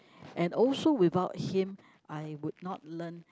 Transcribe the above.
and also without him I would not learn